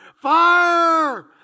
Fire